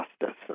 justice